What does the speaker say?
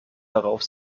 darauf